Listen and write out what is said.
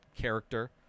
character